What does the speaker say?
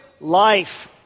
life